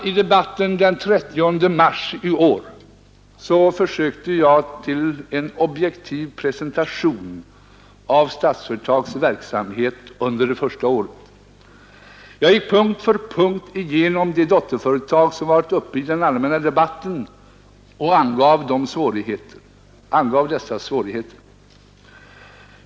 I debatten den 30 mars i år gjorde jag ett försök till en objektiv presentation av Statsföretags verksamhet under det första året. Jag gick punkt för punkt igenom de dotterföretag som varit uppe i den allmänna debatten och angav dessas svårigheter.